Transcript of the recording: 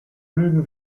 lügen